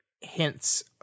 hints